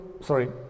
sorry